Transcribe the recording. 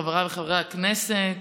חבריי חברי הכנסת,